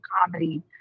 comedy